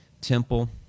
temple